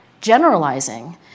generalizing